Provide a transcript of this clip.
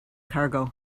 cargo